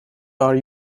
are